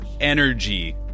energy